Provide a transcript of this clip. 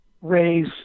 raise